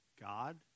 God